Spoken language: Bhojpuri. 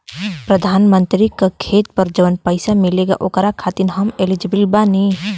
प्रधानमंत्री का खेत पर जवन पैसा मिलेगा ओकरा खातिन आम एलिजिबल बानी?